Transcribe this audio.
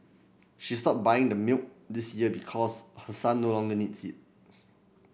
she stopped buying the milk this year because her son no longer needs it